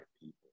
people